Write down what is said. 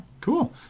Cool